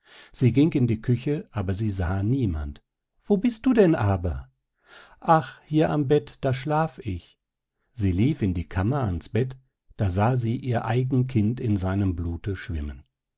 sie ging in die küche aber sie sah niemand wo bist du denn aber ach hier am bett da schlaf ich sie lief in die kammer ans bett da sah sie ihr eigen kind in seinem blute schwimmen